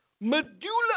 medulla